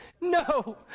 no